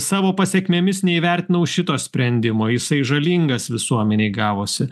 savo pasekmėmis neįvertinau šito sprendimo jisai žalingas visuomenei gavosi